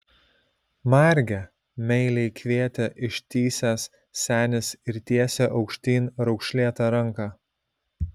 marge meiliai kvietė ištįsęs senis ir tiesė aukštyn raukšlėtą ranką